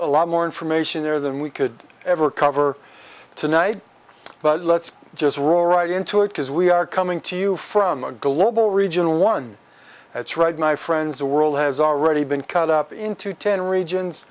a lot more information there than we could ever cover tonight but let's just roll right into it because we are coming to you from a global regional one that's right my friends the world has already been cut up into ten regions